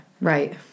Right